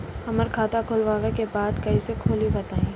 हमरा खाता खोलवावे के बा कइसे खुली बताईं?